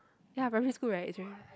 ya primary school right